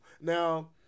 Now